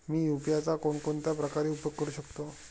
मी UPI चा कोणकोणत्या प्रकारे उपयोग करू शकतो?